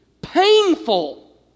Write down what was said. painful